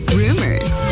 rumors